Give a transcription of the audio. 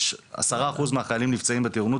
עשרה אחוז מהחיילים נפצעים בטירונות,